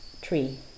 tree